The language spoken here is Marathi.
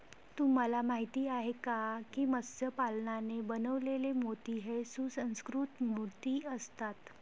तुम्हाला माहिती आहे का की मत्स्य पालनाने बनवलेले मोती हे सुसंस्कृत मोती असतात